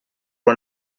for